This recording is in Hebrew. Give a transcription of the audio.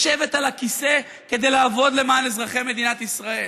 לשבת על הכיסא כדי לעבוד למען אזרחי מדינת ישראל,